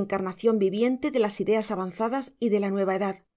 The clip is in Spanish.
encarnación viviente de las ideas avanzadas y de la nueva edad dicen